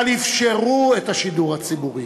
אבל אפשרו את השידור הציבורי.